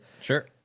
Sure